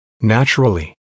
Naturally